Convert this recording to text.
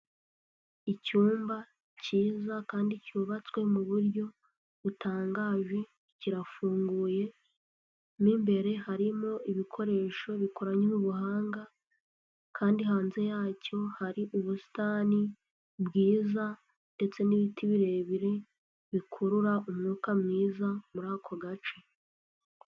Icyumba cyiza kandi cyubatswe mu buryo butangaje kirafunguye, mo imbere harimo ibikoresho bikoranywe ubuhanga kandi hanze yacyo hari ubusitani bwiza ndetse n'ibiti birebire bikurura umwuka mwiza muri ako gace.